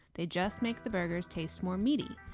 they just make the burgers taste more meaty.